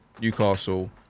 Newcastle